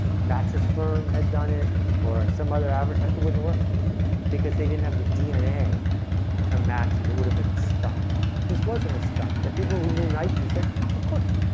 mattress firm had done it or some other advertise. it wouldn't worked because they didn't have the dna to match it. it would have been stopped this wasn't a stunt that people who knew nike said, of course,